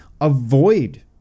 avoid